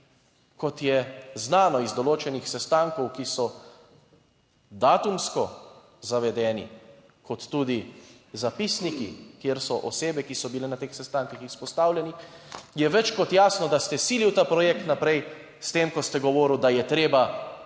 kot je znano iz določenih sestankov, ki so datumsko zavedeni kot tudi zapisniki, kjer so osebe, ki so bile na teh sestankih izpostavljeni, je več kot jasno, da ste silil ta projekt naprej, s tem, ko ste govoril, da je treba